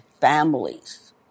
families